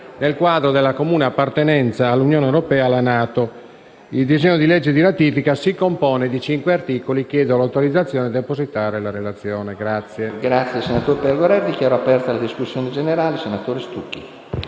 nel quadro della comune appartenenza all'Unione europea e alla NATO. Il disegno di legge di ratifica si compone di cinque articoli. Chiedo l'autorizzazione a consegnare il testo scritto